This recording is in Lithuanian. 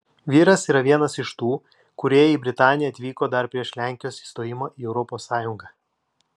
vyras yra vienas iš tų kurie į britaniją atvyko dar prieš lenkijos įstojimą į europos sąjungą